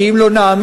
כי אם לא נאמין,